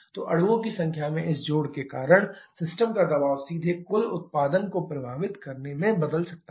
तो अणुओं की संख्या में इस जोड़ के कारण सिस्टम का दबाव सीधे कुल उत्पादन को प्रभावित करने में बदल सकता है